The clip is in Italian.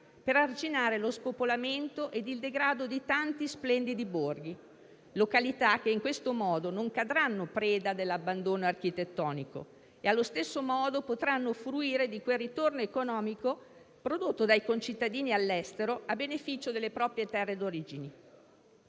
per arginare lo spopolamento ed il degrado di tanti splendidi borghi, località che in questo modo non cadranno preda dell'abbandono architettonico e, allo stesso modo, potranno fruire di quel ritorno economico prodotto dai concittadini all'estero a beneficio delle proprie terre d'origine.